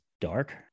dark